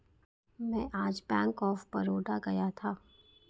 मैं आज bank of Baroda गया था